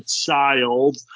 child